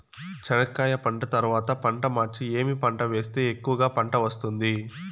చెనక్కాయ పంట తర్వాత పంట మార్చి ఏమి పంట వేస్తే ఎక్కువగా పంట వస్తుంది?